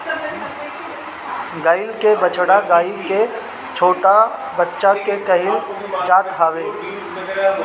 गाई के बछड़ा गाई के छोट बच्चा के कहल जात हवे